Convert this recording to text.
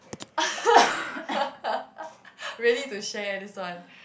ready to share this one